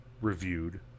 reviewed